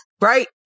Right